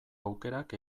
aukerak